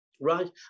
right